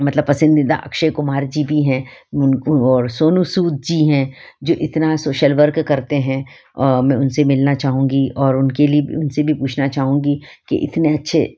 मतलब पसंदीदा अक्षय कुमार जी भी हैं उन और सोनू सूद जी हैं जो इतना सोशल वर्क करते हैं मैं उनसे मिलना चाहूँगी और उनके लिए उनसे भी पूछना चाहूँगी कि इतने अच्छे